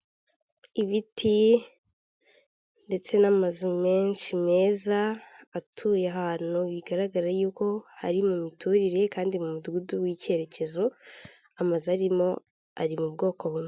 Ibiti ndetse n'amazu menshi meza atuye ahantu bigaragara yuko hari mu miturire kandi mu mudugudu w'icyerekezo, amazu arimo ari mu bwoko bumwe.